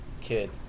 kid